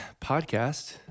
podcast